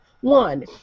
One